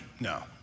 No